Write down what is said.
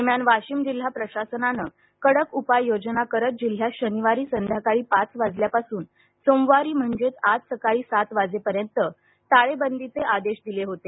दरम्यान वाशिम जिल्हा प्रशासनानं कडक उपाय योजना करत जिल्ह्यात शनिवारी संध्याकाळी पाच वाजल्यापासून सोमवारी म्हणजेच आज सकाळी सात वाजेपर्यंत टाळेबंदीचे आदेश दिले होते